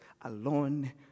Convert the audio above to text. alone